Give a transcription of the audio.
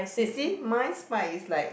you see mines mic is like